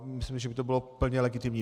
Myslím, že by to bylo plně legitimní.